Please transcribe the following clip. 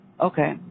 Okay